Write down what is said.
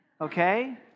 Okay